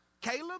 Caleb